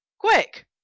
quick